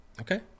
Okay